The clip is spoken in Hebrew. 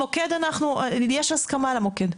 יש הסכמה על המוקד.